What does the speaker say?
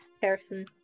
person